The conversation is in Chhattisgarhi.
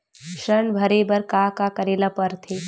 ऋण भरे बर का का करे ला परथे?